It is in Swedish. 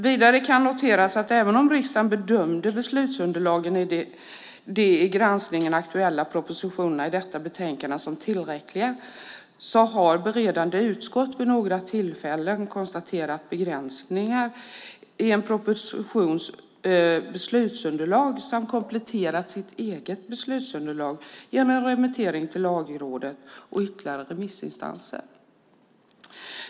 Vidare kan noteras att även om riksdagen bedömde beslutsunderlagen i de i granskningen aktuella propositionerna i detta betänkande som tillräckliga har beredande utskott vid några tillfällen konstaterat begränsningar i en propositions beslutsunderlag samt kompletterat sitt eget beslutsunderlag genom remittering till Lagrådet och ytterligare remissinstanser.